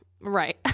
Right